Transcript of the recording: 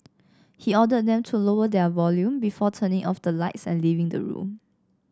he ordered them to lower their volume before turning off the lights and leaving the room